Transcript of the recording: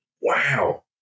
wow